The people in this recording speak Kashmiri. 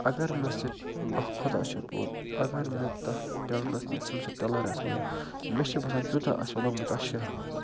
اگر مےٚ سُہ باخۄدا چھِ پوٚز اگر مےٚ تَتھ ٹِلرَس ییٖتیٖس مےٚ سُہ ٹِلَر آسہِ اوٚنمُت مےٚ چھِ باسان تیوٗتاہ آسہِ مےٚ لوٚگمُت اَتھ شیہرنَس